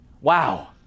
Wow